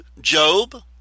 Job